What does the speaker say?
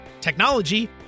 technology